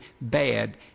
bad